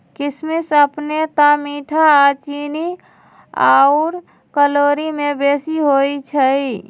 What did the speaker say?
किशमिश अपने तऽ मीठ आऽ चीन्नी आउर कैलोरी में बेशी होइ छइ